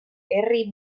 herri